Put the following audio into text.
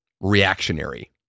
reactionary